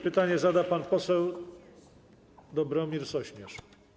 Pytanie zada pan poseł Dobromir Sośnierz.